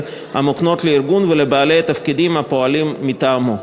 המוקנות לארגון ולבעלי התפקידים הפועלים מטעמו.